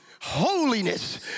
holiness